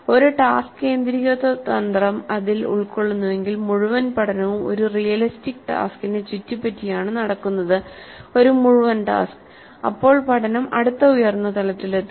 ഒരു ടാസ്ക് കേന്ദ്രീകൃത തന്ത്രം അതിൽ ഉൾക്കൊള്ളുന്നുവെങ്കിൽ മുഴുവൻ പഠനവും ഒരു റിയലിസ്റ്റിക് ടാസ്ക്കിനെ ചുറ്റിപ്പറ്റിയാണ് നടക്കുന്നത് ഒരു മുഴുവൻ ടാസ്ക് അപ്പോൾ പഠനം അടുത്ത ഉയർന്ന തലത്തിലെത്തും